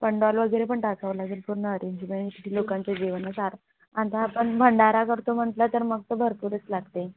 पंडॉल वगैरे पण टाकावं लागेल पूर्ण अरेंजमेंट लोकांचं जेवणाचा आर आता आपण भंडारा करतो म्हटलं तर मग तर भरपूरच लागते